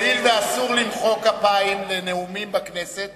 הואיל ואסור למחוא כפיים לנאומים בכנסת,